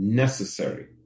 necessary